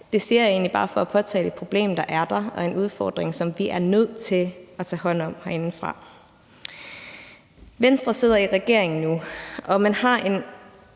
det siger jeg egentlig bare for at påtale, at der er et problem og en udfordring, som vi herindefra er nødt til at tage hånd om. Venstre sidder nu i regering, og man har